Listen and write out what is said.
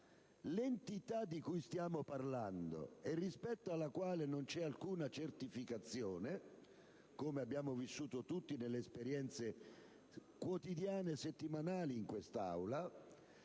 l'entità di cui stiamo parlando e rispetto alla quale non c'è alcuna certificazione (come abbiamo vissuto tutti nelle esperienze quotidiane e settimanali in quest'Aula),